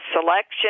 selection